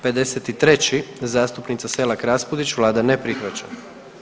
53. zastupnica Selak Raspudić, vlada ne prihvaća.